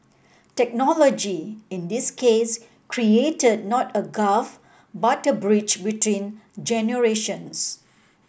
technology in this case created not a gulf but a bridge between generations